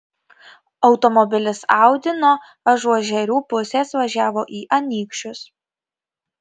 automobilis audi nuo ažuožerių pusės važiavo į anykščius